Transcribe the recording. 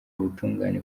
ubutungane